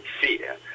fear